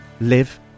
live